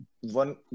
one